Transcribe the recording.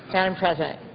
so um president,